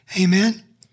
Amen